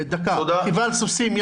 רכיבה על סוסים,